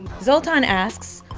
zoltan asks,